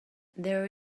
there